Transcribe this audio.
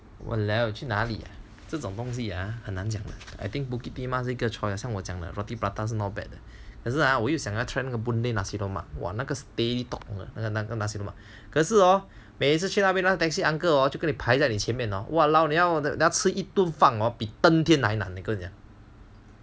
!walao! 去哪里这种东西也很难讲:qu na li zhe dong xi ye hen nan jiang I think bukit timah 这个 choice 我讲的 roti prata 是 not bad 的可是我想又想要 try boonlay nasi lemak !wah! 那个 steady 他那个 nasi lemak 可是 hor 每一次去那边那个 taxi uncle 就跟你排在你前面 hor !walao! 你要等到吃一顿饭比登天还难我跟你讲